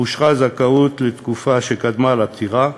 אושרה זכאות לתקופה שקדמה לפטירה,